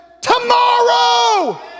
Tomorrow